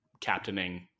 captaining